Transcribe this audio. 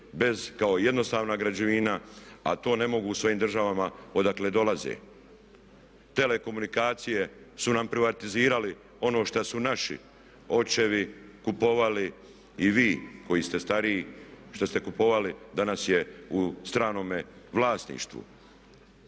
žele kao jednostavnu građevinu, a to ne mogu u svojim državama odakle dolaze. Telekomunikacije su nam privatizirali ono što su naši očevi kupovali i vi koji ste stariji što ste kupovali a danas je u stranome vlasništvu.